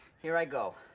here i go.